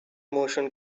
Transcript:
motion